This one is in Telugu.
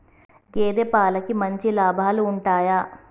గేదే పాలకి మంచి లాభాలు ఉంటయా?